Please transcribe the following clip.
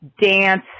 dance